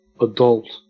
adult